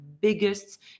biggest